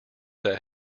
that